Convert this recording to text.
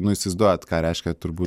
nu įsivaizduojat ką reiškia turbū